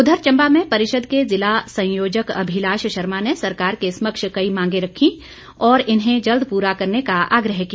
उधर चंबा में परिषद के जिला संयोजक अभिलाश शर्मा ने सरकार के समक्ष कई मांगे रखी और इन्हे जल्द पूरा करने का आग्रह किया